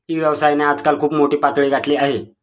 E व्यवसायाने आजकाल खूप मोठी पातळी गाठली आहे